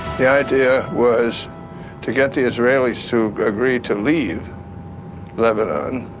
the idea was to get the israelis to agree to leave lebanon